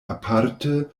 aparte